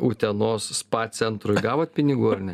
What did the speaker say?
utenos spa centrui gavot pinigų ar ne